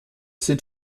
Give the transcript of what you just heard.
sind